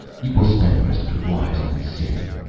you will spend the rest of your lives in this city!